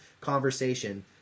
conversation